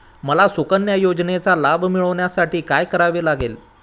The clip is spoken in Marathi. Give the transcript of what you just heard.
मला सुकन्या योजनेचा लाभ मिळवण्यासाठी काय करावे लागेल?